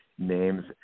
Names